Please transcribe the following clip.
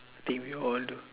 I think we all do